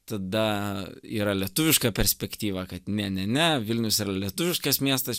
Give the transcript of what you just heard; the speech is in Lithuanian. tada yra lietuviška perspektyva kad ne ne ne vilnius yra lietuviškas miestas